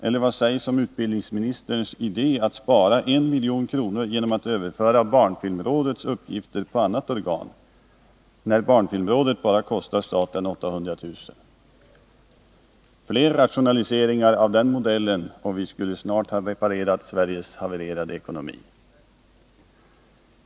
Eller vad sägs om utbildningsministerns idé att spara 1 milj.kr. genom att överföra barnfilmrådets uppgifter på annat organ — när barnfilmrådet kostar staten bara 800 000 kr.? Fler rationaliseringar av den modellen och vi skulle snart ha reparerat Sveriges havererade ekonomi.